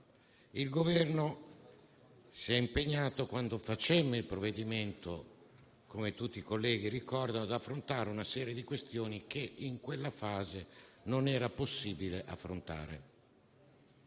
Il Governo si è impegnato, quando facemmo il provvedimento, come tutti i colleghi ricorderanno, ad affrontare una serie di questioni che, in quella fase, non era possibile affrontare.